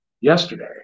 yesterday